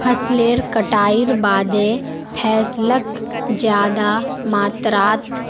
फसलेर कटाईर बादे फैसलक ज्यादा मात्रात